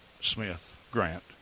Smith-Grant